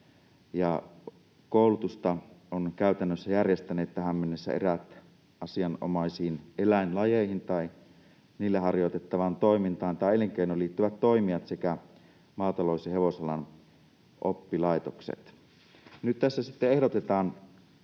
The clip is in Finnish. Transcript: koulutusta ovat käytännössä järjestäneet tähän mennessä eräät asianomaisiin eläinlajeihin tai niillä harjoitettavaan toimintaan tai elinkeinoon liittyvät toimijat sekä maatalous- ja hevosalan oppilaitokset. Nyt tässä sitten ehdotetaan,